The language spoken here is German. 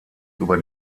über